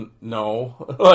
no